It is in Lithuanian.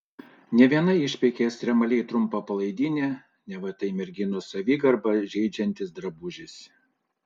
ne viena išpeikė ekstremaliai trumpą palaidinę neva tai merginų savigarbą žeidžiantis drabužis